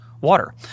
water